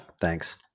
thanks